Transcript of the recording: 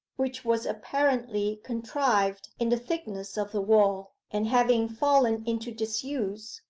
which was apparently contrived in the thickness of the wall, and having fallen into disuse,